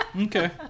Okay